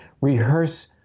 rehearse